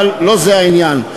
אבל לא זה העניין.